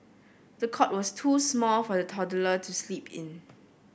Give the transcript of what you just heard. the cot was too small for the toddler to sleep in